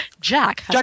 Jack